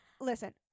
Listen